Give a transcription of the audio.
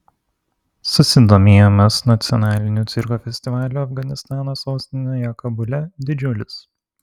susidomėjimas nacionaliniu cirko festivaliu afganistano sostinėje kabule didžiulis